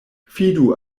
fidu